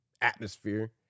atmosphere